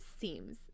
seems